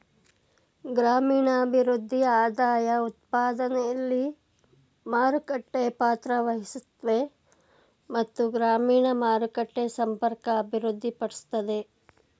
ಗ್ರಾಮೀಣಭಿವೃದ್ಧಿ ಆದಾಯಉತ್ಪಾದನೆಲಿ ಮಾರುಕಟ್ಟೆ ಪಾತ್ರವಹಿಸುತ್ವೆ ಮತ್ತು ಗ್ರಾಮೀಣ ಮಾರುಕಟ್ಟೆ ಸಂಪರ್ಕ ಅಭಿವೃದ್ಧಿಪಡಿಸ್ತದೆ